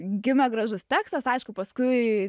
gimė gražus tekstas aišku paskui